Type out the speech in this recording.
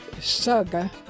saga